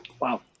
Wow